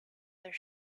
their